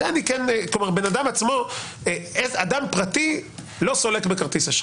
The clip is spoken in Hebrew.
כלומר, אדם פרטי לא סולק בכרטיס אשראי.